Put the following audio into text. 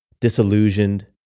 disillusioned